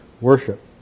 worship